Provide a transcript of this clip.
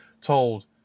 told